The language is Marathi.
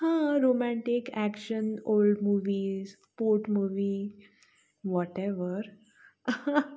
हां romantic action old movies sport movie whatever